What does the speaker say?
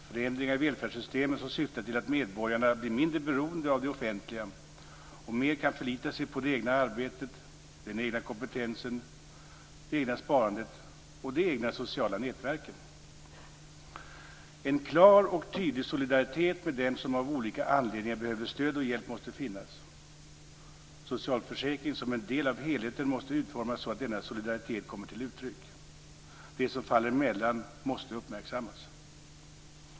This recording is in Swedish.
Förändringar i välfärdssystemen ska syfta till att medborgarna blir mindre beroende av det offentliga och mer kan förlita sig på det egna arbetet, den egna kompetensen, det egna sparande och de egna sociala nätverken. En klar och tydlig solidaritet med dem som av olika anledningar behöver stöd och hjälp måste finnas. Socialförsäkringarna som en del av helheten måste utformas så att denna solidaritet kommer till uttryck. De som faller mellan måste uppmärksammas.